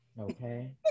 Okay